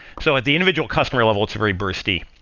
so at the individual customer level, it's very bursty.